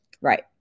Right